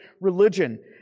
religion